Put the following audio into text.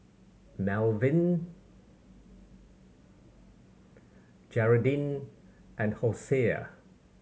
Melvyn Geraldine and Hosea